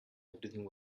everything